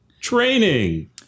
training